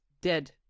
dead